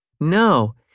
No